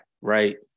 right